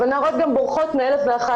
משנות השישים מדינת ישראל לא פתחה מעון נעול,